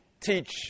teach